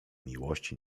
miłości